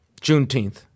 Juneteenth